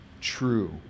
true